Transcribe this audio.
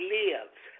lives